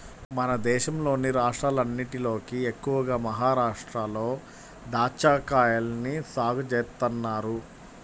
మన దేశంలోని రాష్ట్రాలన్నటిలోకి ఎక్కువగా మహరాష్ట్రలో దాచ్చాకాయల్ని సాగు చేత్తన్నారు